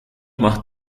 más